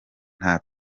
nta